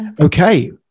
okay